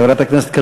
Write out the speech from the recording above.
חברת הכנסת קלדרון,